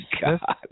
god